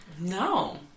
No